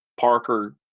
Parker